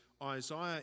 Isaiah